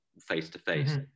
face-to-face